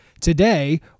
Today